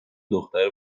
دختره